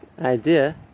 idea